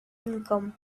income